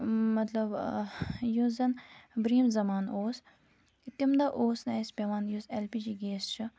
مطلب یُس زَن بِروہِم زمانہٕ اوس تمہِ دۄہ اوس نہٕ اَسہِ پیٚوان یُس زَن ایل پی جی گیس چھُ